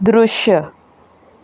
दृश्य